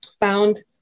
found